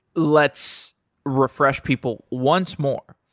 let's refresh people once more.